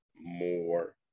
more